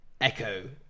echo